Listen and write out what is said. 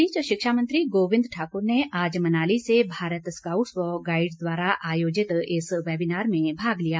इस बीच शिक्षा मंत्री गोविंद ठाक्र ने आज मनाली से भारत स्कॉउटस व गाईडस द्वारा आयोजित इस वेबिनार में भाग लिया